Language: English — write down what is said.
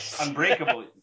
Unbreakable